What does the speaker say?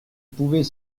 pouvait